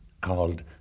called